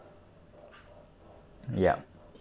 yup